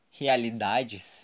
realidades